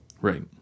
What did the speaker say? Right